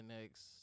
next